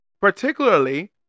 particularly